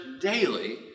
daily